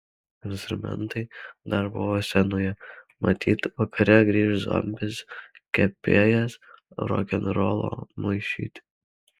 instrumentai dar buvo scenoje matyt vakare grįš zombis kepėjas rokenrolo maišyti